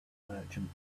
merchant